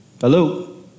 hello